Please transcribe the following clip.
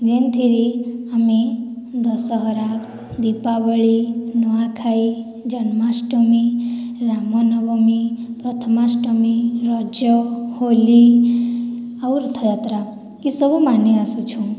ଯେନ୍ଥିରେ ଆମେ ଦଶହରା ଦୀପାବଳି ନୂଆଖାଇ ଜନ୍ମାଷ୍ଟମୀ ରାମନବମୀ ପ୍ରଥମାଷ୍ଟମୀ ରଜ ହୋଲି ଆଉ ରଥଯାତ୍ରା ଏସବୁ ମାନିଆସୁଛୁ